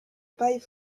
paille